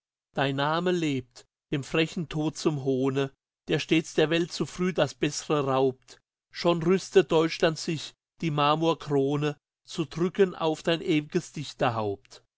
dein name lebt dem frechen tod zum hohne der stets der welt zu früh das beßre raubt schon rüstet deutschland sich die marmorkrone zu drücken auf dein ew'ges